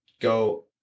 go